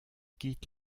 quitte